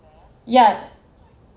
yeah